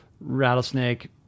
Rattlesnake